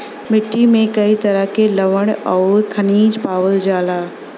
मट्टी में कई तरह के लवण आउर खनिज पावल जाला